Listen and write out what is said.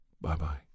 Bye-bye